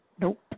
nope